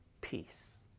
peace